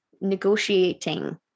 negotiating